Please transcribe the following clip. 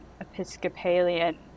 Episcopalian